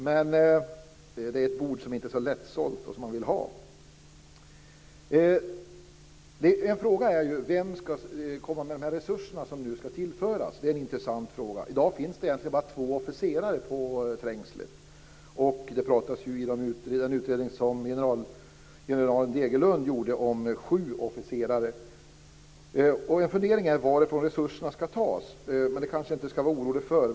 Men det blir ett bord som inte är så lättsålt och som man inte vill ha. En fråga är vem som ska komma med de resurser som nu ska tillföras. Det är en intressant fråga. I dag finns det egentligen bara två officerare på Trängslet. Det pratas i den utredning som generalmajor Degerlund gjorde om sju officerare. Jag funderar på varifrån resurserna ska tas. Men det kanske jag inte ska vara orolig för.